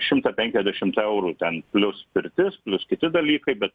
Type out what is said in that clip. šimtą penkaisdešimt eurų ten plius pirtis plius kiti dalykai bet